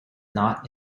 not